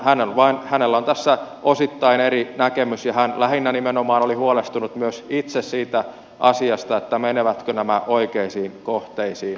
hänellä on tässä osittain eri näkemys ja hän nimenomaan oli huolestunut myös itse siitä asiasta menevätkö nämä oikeisiin kohteisiin